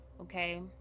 okay